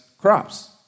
crops